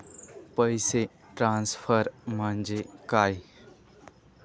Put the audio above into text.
पैसे ट्रान्सफर म्हणजे काय?